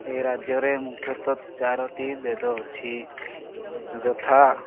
ଏହି ରାଜ୍ୟରେ ମୁଖ୍ୟତଃ ଚାରୋଟି ବେଦ ଅଛି ଯଥା